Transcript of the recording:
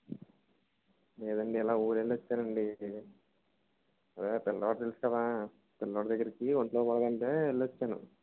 లేదండి ఇలా ఊరెళ్లి వచ్చానండి అదే పిల్లోడు తెలుసుకదా పిల్లోడు దగ్గరకి ఒంట్లో బాగాలేదంటే ఏళ్ళొచ్చాను